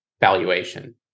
valuation